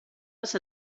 les